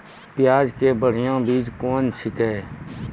प्याज के बढ़िया बीज कौन छिकै?